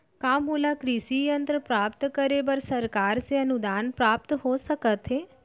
का मोला कृषि यंत्र प्राप्त करे बर सरकार से अनुदान प्राप्त हो सकत हे?